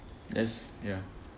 that's ya